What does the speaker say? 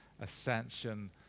ascension